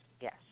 yes